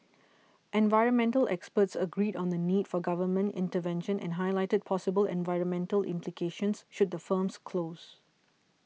environmental experts agreed on the need for government intervention and highlighted possible environmental implications should the firms close